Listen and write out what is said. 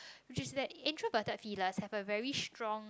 which is that introverted pillar have a very strong